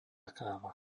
káva